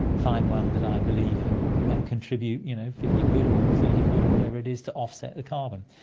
find one that i believe in and contribute you know fifty quid or thirty quid or whatever it is to offset the carbon.